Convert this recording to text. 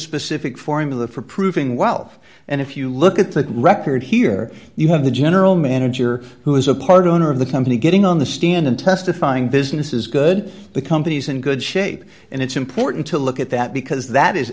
specific formula for proving wealth and if you look at the record here you have the general manager who is a part owner of the company getting on the stand and testifying business is good the company's in good shape and it's important to look at that because that is